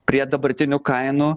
prie dabartinių kainų